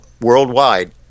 worldwide